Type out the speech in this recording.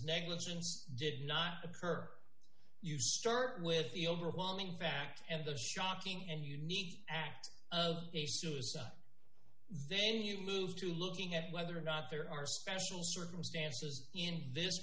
negligent did not occur you start with the overwhelming fact and the shocking and unique act of a suicide then you move to looking at whether or not there are special circumstances in this